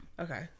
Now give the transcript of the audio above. Okay